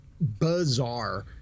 bizarre